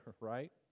right